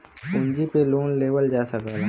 पूँजी पे लोन लेवल जा सकला